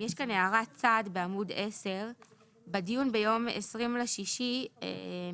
יש כאן הערת צד בעמוד 10. בדיון ביום 20.6